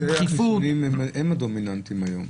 מתנגדי החיסונים הם הדומיננטיים היום.